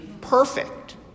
perfect